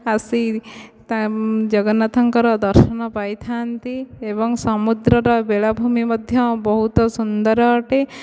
ଆସି ତା' ଜଗନ୍ନାଥଙ୍କର ଦର୍ଶନ ପାଇଥାନ୍ତି ଏବଂ ସମୁଦ୍ରର ବେଳାଭୂମି ମଧ୍ୟ ବହୁତ ସୁନ୍ଦର ଅଟେ